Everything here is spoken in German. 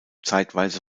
zeitweise